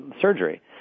surgery